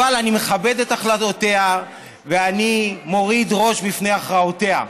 אבל אני מכבד את החלטותיה ואני מוריד ראש בפני הכרעותיה.